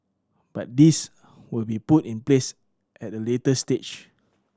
but these will be put in place at a later stage